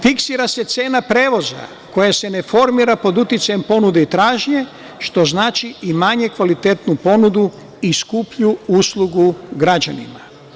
Fiksira se cena prevoza koja se ne formira pod uticajem ponude i tražnje, što znači i manje kvalitetnu ponudu i skuplju uslugu građanima.